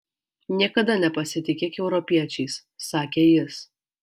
niekada nepasitikėk europiečiais sakė jis